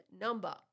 number